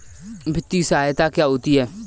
वित्तीय सहायता क्या होती है?